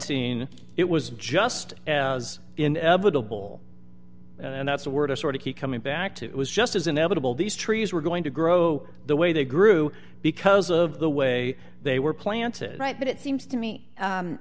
scene it was just as inevitable and that's a word to sort of keep coming back to it was just as inevitable these trees were going to grow the way they grew because of the way they were planted right but it seems to me